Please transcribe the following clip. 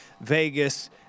Vegas